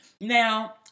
now